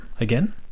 again